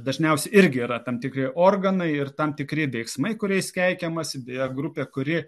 dažniausiai irgi yra tam tikri organai ir tam tikri veiksmai kuriais keikiamasi beje grupė kuri